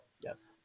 Yes